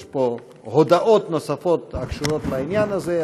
יש פה הודעות נוספות הקשורות לעניין הזה.